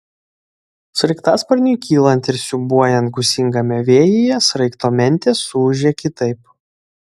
sraigtasparniui kylant ir siūbuojant gūsingame vėjyje sraigto mentės suūžė kitaip